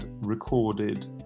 recorded